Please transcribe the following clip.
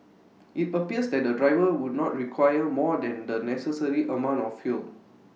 IT appears that the driver would not require more than the necessary amount of fuel